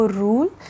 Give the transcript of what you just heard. rule